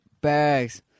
bags